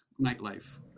nightlife